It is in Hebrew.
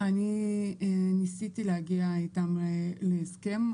אני ניסיתי להגיע איתם להסכם,